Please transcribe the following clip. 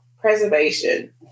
preservation